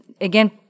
again